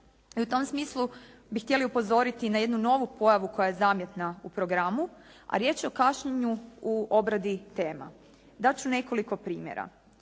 i u tom smislu bi htjeli upozoriti na jednu novu pojavu koja je zamjetna u programu, a riječ je u kašnjenju o obradi tema. Dati ću nekoliko primjera.